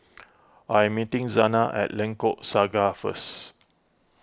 I'm meeting Zana at Lengkok Saga first